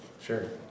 Sure